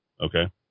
okay